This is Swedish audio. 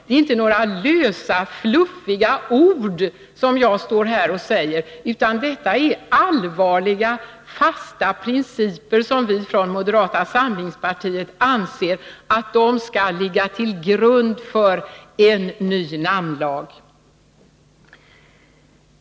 Det är inte några lösa, fluffiga ord som jag står här och säger, utan detta är allvarliga, fasta principer, som vi från moderata samlingspartiet anser skall ligga till grund för en ny namnlag.